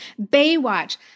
Baywatch